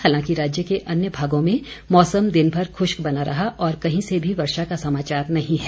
हालांकि राज्य के अन्य भागों में मौसम दिनभर खुश्क बना रहा और कहीं से भी वर्षा का समाचार नहीं है